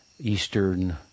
Eastern